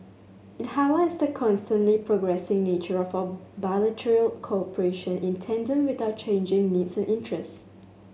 it highlights the constantly progressing nature of our bilateral cooperation in tandem with our changing needs and interests